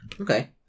Okay